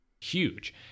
huge